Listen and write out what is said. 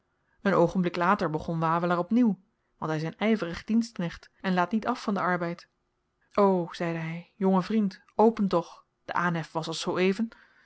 een oogenblik later begon wawelaar op nieuw want hy is een yverig dienstknecht en laat niet af van den arbeid o zeide hy jonge vriend open toch de aanhef was als zooeven